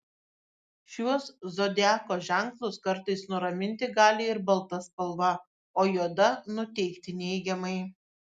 šiuos zodiako ženklus kartais nuraminti gali ir balta spalva o juoda nuteikti neigiamai